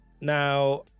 Now